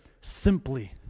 simply